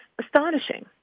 astonishing